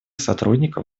сотрудников